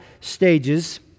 stages